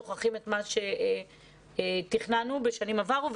שוכחים את מה שתכננו בשנים עברו.